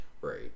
Right